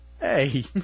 Hey